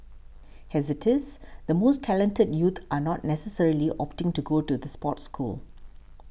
as it is the most talented youth are not necessarily opting to go to the sports school